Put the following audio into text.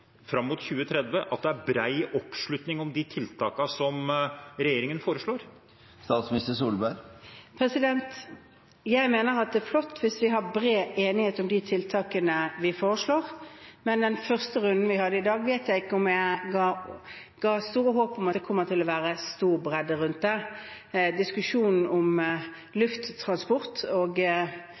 fram mot 2030, at det er bred oppslutning om de tiltakene som regjeringen foreslår? Jeg mener at det er flott hvis vi har bred enighet om de tiltakene vi foreslår, men den første runden vi hadde i dag, vet jeg ikke om ga store håp om at det kommer til å være stor bredde rundt dem. Diskusjonen om lufttransport og